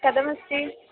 कथमस्ति